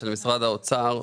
של משרד האוצר.